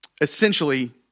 essentially